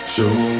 Show